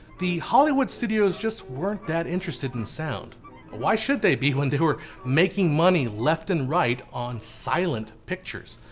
the hollywood studios just weren't that interested in sound why should they be when they were making money left and right on silent pictures.